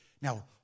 Now